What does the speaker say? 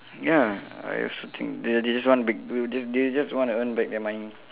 ya I also think they they just want to make they they just want to earn back their money